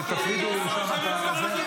תפרידו שם את זה.